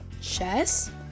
Chess